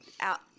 out